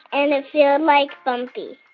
and it feeled, like, bumpy.